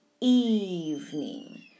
evening